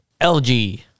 LG